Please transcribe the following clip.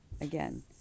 Again